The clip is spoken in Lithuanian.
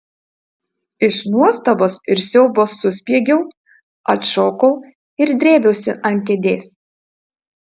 iš nuostabos ir siaubo suspiegiau atšokau ir drėbiausi ant kėdės